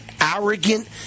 arrogant